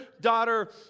daughter